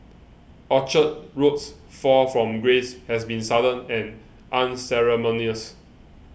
Orchard Road's fall from grace has been sudden and unceremonious